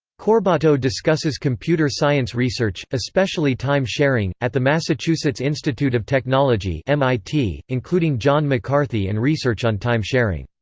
corbato discusses computer science research, especially time-sharing, at the massachusetts institute of technology mit, including john mccarthy and research on time-sharing.